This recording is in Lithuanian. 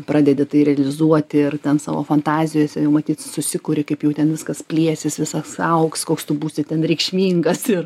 pradedi tai realizuoti ir ten savo fantazijose jau matyt susikuri kaip jau ten viskas plėsis visas augs koks tu būsi ten reikšmingas ir